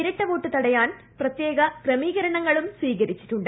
ഇരട്ടവോട്ട് തടയാൻ പ്രത്യേക ക്രമീകരണങ്ങളും സ്വീകരിച്ചിട്ടുണ്ട്